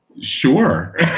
Sure